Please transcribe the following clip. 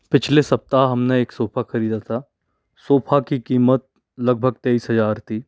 पिछले सप्ताह हमने एक सोफ़ा ख़रीदा था सोफ़ा की कीमत लगभग तेईस हज़ार थी